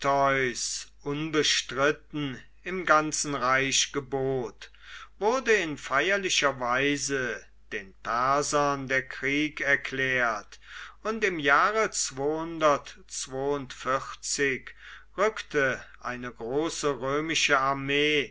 unbestritten im ganzen reiche gebot wurde in feierlicher weise den persern der krieg erklärt und im jahre rückte eine große römische armee